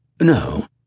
No